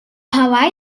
hawaï